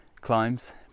climbs